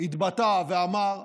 התבטא ואמר,